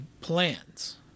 plans